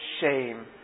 shame